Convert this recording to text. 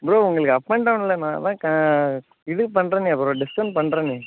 bro உங்களுக்கு up and டவுனில் நான் தான் க இது பண்ணுறனே ப்ரோ டிஸ்கவுண்ட் பண்ணுறனே